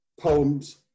poems